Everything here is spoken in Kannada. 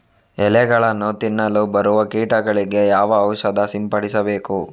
ಎಲೆಗಳನ್ನು ತಿನ್ನಲು ಬರುವ ಕೀಟಗಳಿಗೆ ಯಾವ ಔಷಧ ಸಿಂಪಡಿಸಬೇಕು?